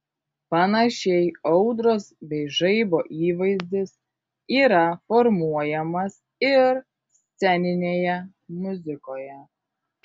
panašiai audros bei žaibo įvaizdis yra formuojamas ir sceninėje muzikoje